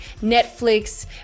Netflix